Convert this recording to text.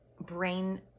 brain